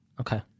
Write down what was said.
Okay